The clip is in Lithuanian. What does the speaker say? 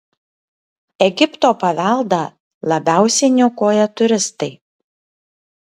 egipto paveldą labiausiai niokoja turistai